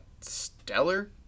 Stellar